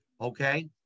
okay